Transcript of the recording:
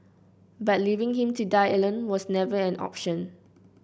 but leaving him to die alone was never an option